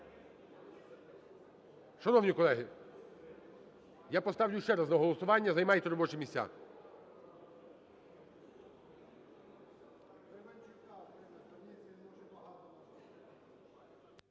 шановні колеги, я поставлю ще раз на голосування. Займайте робочі місця.